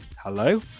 hello